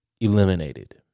Eliminated